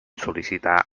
sol·licitar